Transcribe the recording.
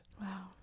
Wow